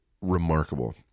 remarkable